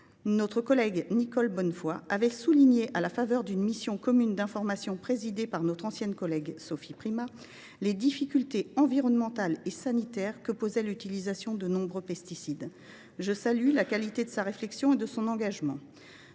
notre collègue Nicole Bonnefoy avait souligné, à la faveur de la mission commune d’information sur les pesticides, présidée par Sophie Primas, les difficultés environnementales et sanitaires que posait l’utilisation de nombreux pesticides. Je salue la qualité de sa réflexion, ainsi que son engagement.